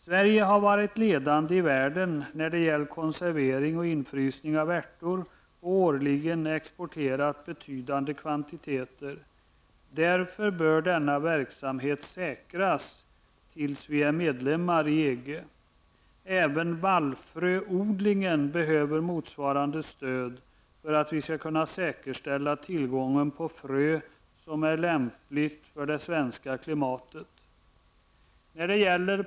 Sverige har varit ledande i världen när det gäller konservering och infrysning av ärter och årligen exporterat betydande kvantiteter. Därför bör denna verksamhet säkras tills vi är medlemmar i EG. Även vallfröodlingen behöver motsvarande stöd för att vi skall kunna säkerställa tillgången på frö som är lämpligt för det svenska klimatet.